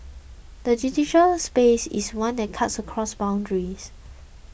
the digital space is one that cuts across boundaries